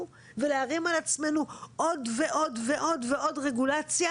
ולהרים על עצמנו עוד ועוד ועוד רגולציה,